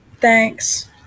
Thanks